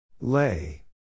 Lay